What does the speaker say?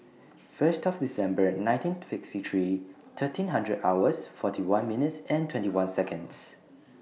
First December nineteen sixty three thirteen hundred hours forty one minutes and twenty one Seconds